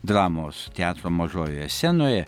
dramos teatro mažojoje scenoje